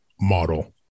model